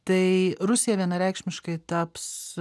tai rusija vienareikšmiškai taps